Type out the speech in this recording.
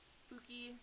spooky